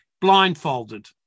blindfolded